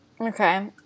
Okay